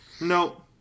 no